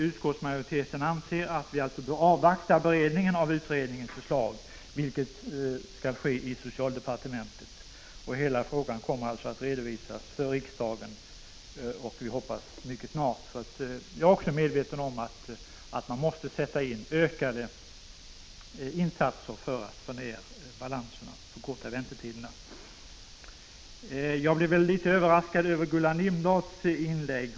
Utskottsmajoriteten anser att vi bör avvakta beredningen av utredningens förslag, vilken skall ske i socialdepartementet. Hela frågan kommer alltså att redovisas för riksdagen. Vi hoppas att det skall ske mycket snart. Jag är också medveten om att man måste göra ökade insatser för att få ned balanserna och förkorta väntetiderna. Jag blev något överraskad över Gullan Lindblads anförande.